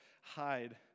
hide